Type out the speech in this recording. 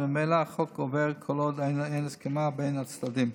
וממילא החוק גובר כל עוד אין הסכמה בין הצדדים.